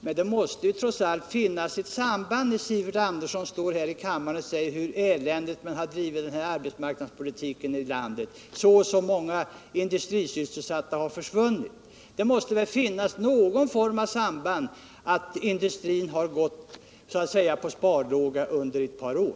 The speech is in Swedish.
Men det måste trots allt finnas ett samband, när Sivert Andersson står här i kammaren och talar om hur eländigt arbetsmarknadspolitiken har bedrivits här i landet — så och så många sysselsättningstillfällen har försvunnit från industrin. Det måste väl finnas något samband mellan detta och att industrin så att säga har gått på sparlåga under ett par år.